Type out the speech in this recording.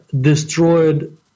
destroyed